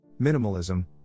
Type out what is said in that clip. minimalism